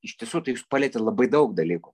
iš tiesų tai jūs palietėt labai daug dalykų